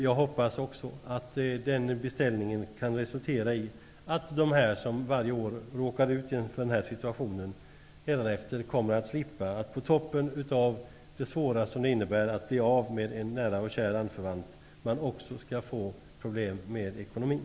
Jag hoppas också att den beställningen kan resultera i att de som varje år råkar ut för den här situationen hädanefter kommer att slippa att, på toppen av det svåra som det innebär att bli av med en nära och kär anförvant, också få problem med ekonomin.